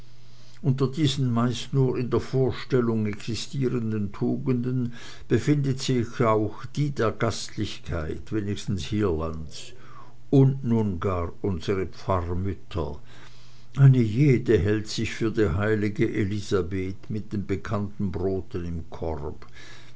unter diesen meist nur in der vorstellung existierenden tugenden befindet sich auch die der gastlichkeit wenigstens hierlandes und nun gar unsre pfarrmütter eine jede hätt sich für die heilige elisabeth mit den bekannten broten im korb